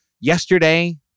yesterday